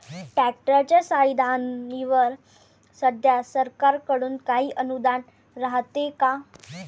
ट्रॅक्टरच्या साधनाईवर सध्या सरकार कडून काही अनुदान रायते का?